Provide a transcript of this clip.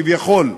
כביכול.